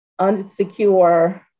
unsecure